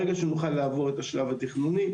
ברגע שנוכל לעבור את השלב התכנוני,